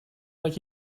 like